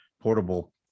portable